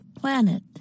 PLANET